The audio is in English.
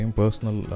personal